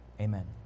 Amen